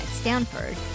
Stanford